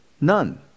None